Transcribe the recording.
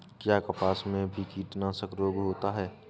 क्या कपास में भी कीटनाशक रोग होता है?